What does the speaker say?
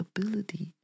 ability